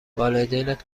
والدینت